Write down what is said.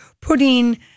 putting